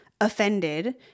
offended